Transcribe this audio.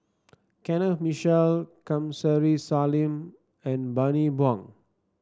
Kenneth Mitchell Kamsari Salam and Bani Buang